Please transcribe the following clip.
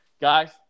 Guys